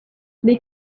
they